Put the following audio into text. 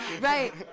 right